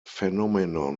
phenomenon